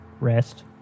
rest